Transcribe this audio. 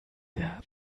der